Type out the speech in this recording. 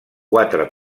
quatre